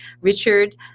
Richard